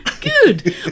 Good